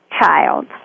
child